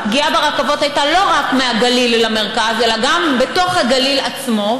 הפגיעה ברכבות הייתה לא רק מהגליל אל המרכז אלא גם בתוך הגליל עצמו,